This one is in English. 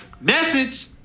message